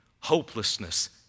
hopelessness